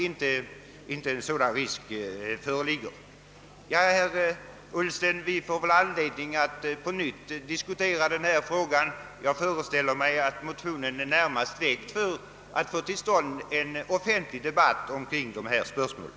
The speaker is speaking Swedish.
Vi får väl anledning att på nytt och i annat sammanhang diskutera denna fråga, herr Ullsten. Jag föreställer mig att motionen är väckt närmast för att få till stånd en offentlig debatt i dessa spörsmål.